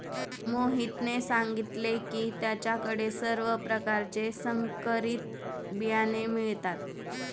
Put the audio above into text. मोहितने सांगितले की त्याच्या कडे सर्व प्रकारचे संकरित बियाणे मिळतात